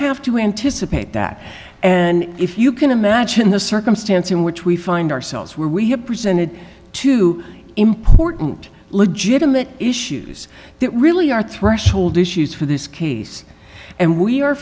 have to anticipate that and if you can imagine the circumstance in which we find ourselves where we have presented to important legitimate issues that really are threshold issues for this case and we are